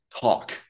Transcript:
talk